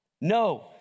No